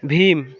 Bhim